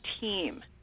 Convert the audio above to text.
team